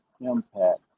impact